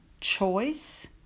Choice